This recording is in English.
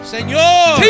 Señor